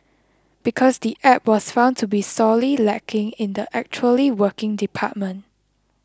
because the app was found to be sorely lacking in the actually working department